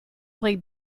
play